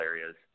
areas